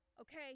Okay